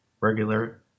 regular